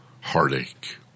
heartache